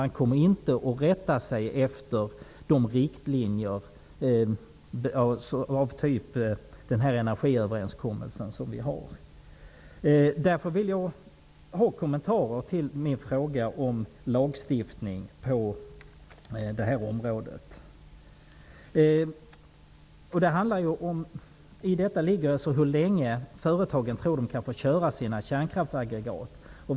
De kommer inte att rätta sig efter riktlinjer i form av den energiöverenskommelse som vi har. Därför vill jag ha en kommentar till min fråga om lagstiftning på det här området. I detta ligger alltså frågan hur länge företagen tror att de kan få köra sina kärnkraftaggregat.